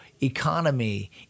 economy